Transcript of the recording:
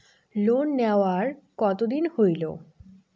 Loan নেওয়ার কতদিন হইল?